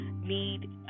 need